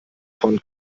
von